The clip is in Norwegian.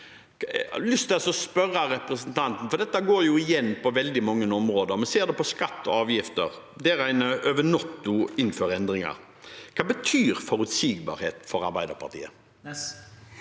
Jeg har lyst til å spørre representanten – for dette går igjen på veldig mange områder; vi ser det på skatt og avgifter, der en over natta innfører endringer – hva betyr forutsigbarhet for Arbeiderpartiet?